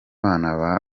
bana